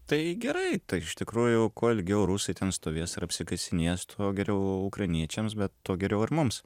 tai gerai tai iš tikrųjų kuo ilgiau rusai ten stovės ir apsikasinės tuo geriau ukrainiečiams bet tuo geriau ir mums